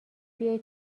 بیای